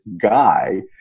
guy